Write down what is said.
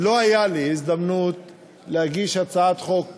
ולא הייתה לי הזדמנות להגיש הצעת חוק